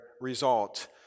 result